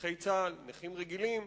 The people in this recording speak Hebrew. נכי צה"ל ונכים רגילים,